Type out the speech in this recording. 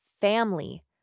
family